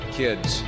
kids